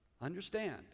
Understand